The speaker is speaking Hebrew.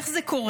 איך זה קורה?